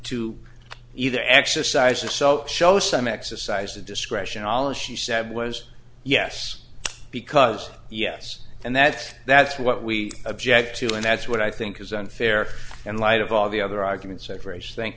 to either exercise and so show some exercise discretion all she said was yes because yes and that's that's what we object to and that's what i think is unfair and light of all the other arguments separation thank